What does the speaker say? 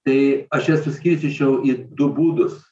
tai aš jas suskirstyčiau į du būdus